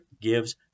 gives